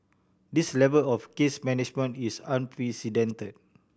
this level of case management is unprecedented